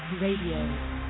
Radio